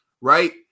right